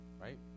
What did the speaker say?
Right